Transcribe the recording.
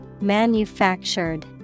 Manufactured